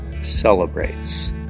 celebrates